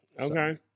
Okay